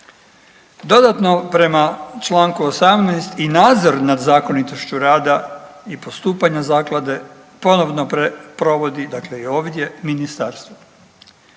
Dodatno prema članku 18. i nadzor nad zakonitošću rada i postupanja zaklade ponovno provodi, dakle